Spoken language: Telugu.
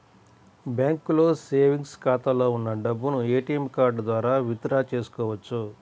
బ్యాంకులో సేవెంగ్స్ ఖాతాలో ఉన్న డబ్బును ఏటీఎం కార్డు ద్వారా విత్ డ్రా చేసుకోవచ్చు